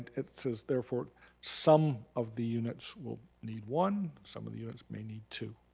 it's it's therefore some of the units will need one, some of the units may need two.